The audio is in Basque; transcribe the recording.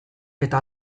eta